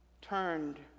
turned